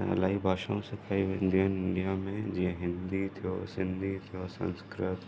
ऐं इलाही भाषाऊं सेखाई वेंदियूं आहिनि इंडिया में जीअं हिंदी थियो सिंधी थियो संस्कृत